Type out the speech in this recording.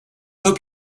hope